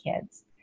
kids